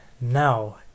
now